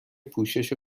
پوشش